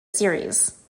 series